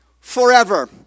forever